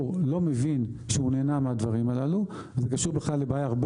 לא מבין שהוא נהנה מהדברים הללו זה קשור בכלל לבעיה הרבה